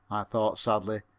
i thought sadly,